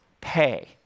pay